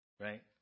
Right